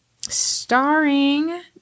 Starring